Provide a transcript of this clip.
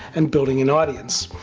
and building an audience.